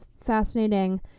fascinating